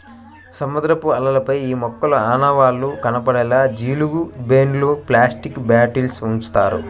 సముద్రపు అలలపై ఈ మొక్కల ఆనవాళ్లు కనపడేలా జీలుగు బెండ్లు, ప్లాస్టిక్ బాటిల్స్ ఉంచుతారు